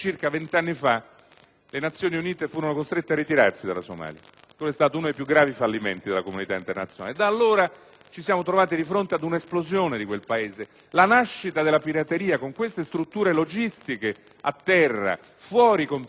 le Nazioni Unite furono costrette a ritirarsi dalla Somalia. Quello fu uno dei più gravi fallimenti della comunità internazionale. Da allora ci siamo trovati di fronte ad un'esplosione di quel Paese. La nascita della pirateria con queste strutture logistiche a terra, fuori controllo